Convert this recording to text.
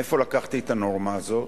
מאיפה לקחתי את הנורמה הזאת?